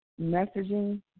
messaging